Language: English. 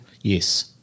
Yes